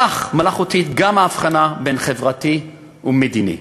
כך מלאכותית גם ההבחנה בין חברתי ומדיני.